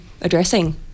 addressing